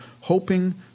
hoping